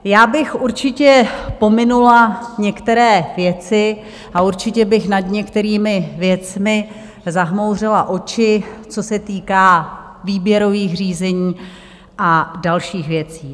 Já bych určitě pominula některé věci a určitě bych nad některými věcmi zamhouřila oči, co se týká výběrových řízení a dalších věcí.